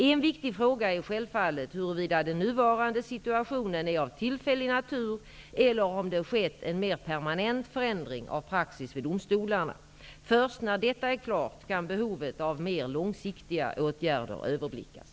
En viktig fråga är självfallet huruvida den nuvarande situationen är av tillfällig natur eller om det har skett en mer permanent förändring av praxis vid domstolarna. Först när detta är klart kan behovet av mer långsiktiga åtgärder överblickas.